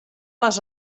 les